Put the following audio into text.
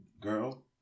girl